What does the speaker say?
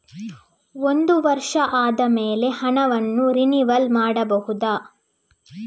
ಒಂದು ವರ್ಷ ಆದಮೇಲೆ ಹಣವನ್ನು ರಿನಿವಲ್ ಮಾಡಬಹುದ?